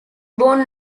born